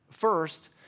First